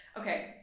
Okay